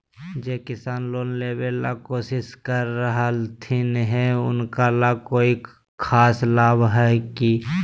जे किसान लोन लेबे ला कोसिस कर रहलथिन हे उनका ला कोई खास लाभ हइ का?